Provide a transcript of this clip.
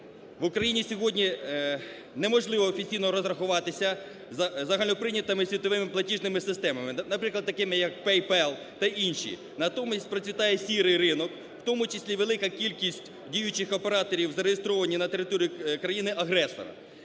В Україні сьогодні неможливо офіційно розрахуватися за загальноприйнятими світовими платіжними системами, наприклад, такими як PayPal та інші. Натомість процвітає сірий ринок, у тому числі велика кількість діючих операторів зареєстровані на території країни-агресора.